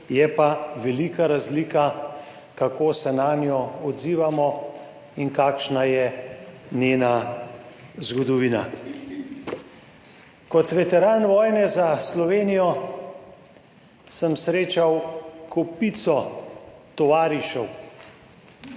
je pa velika razlika, kako se nanjo odzivamo in kakšna je njena zgodovina. Kot veteran vojne za Slovenijo sem srečal kopico tovarišev,